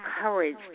courage